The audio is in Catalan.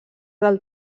del